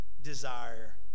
desire